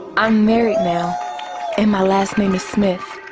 i'm married now and my last name is smith.